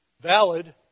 valid